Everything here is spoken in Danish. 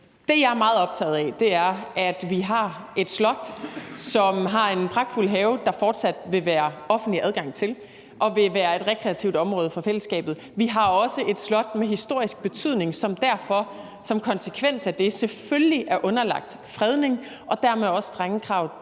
Det, jeg er meget optaget af, er, at vi har et slot, som har en pragtfuld have, som der fortsat vil være offentlig adgang til. Den vil være et rekreativt område fra fællesskabet. Vi har også et slot med historisk betydning, som derfor og som konsekvens af det selvfølgelig er underlagt fredning og dermed også strenge krav